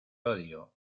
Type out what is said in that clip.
odio